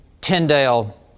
Tyndale